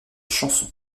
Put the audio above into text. chanson